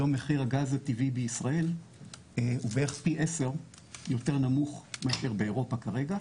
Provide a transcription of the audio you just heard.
היום מחיר הגז הטבעי בישראל הוא בערך פי 10 יותר נמוך מאירופה כרגע.